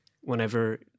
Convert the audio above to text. whenever